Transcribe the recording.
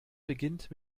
beginnt